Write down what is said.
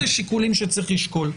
אלה שיקולים שצריך לשקול.